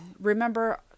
remember